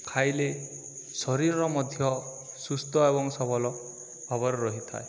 ଖାଇଲେ ଶରୀରର ମଧ୍ୟ ସୁସ୍ଥ ଏବଂ ସବଳ ଭାବରେ ରହିଥାଏ